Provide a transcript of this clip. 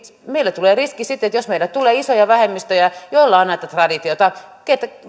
meille tulee riski sitten että jos meille tulee isoja vähemmistöjä joilla on näitä traditioita